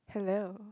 hello